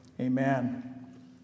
Amen